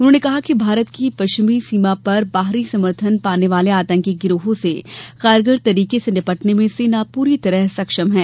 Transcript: उन्होंने कहा कि भारत की पश्चिमी सीमा पर बाहरी समर्थन पाने वाले आतंकी गिरोहों से कारगर तरीके से निपटने में सेना पूरी तरह सक्षम है